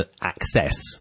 access